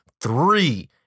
three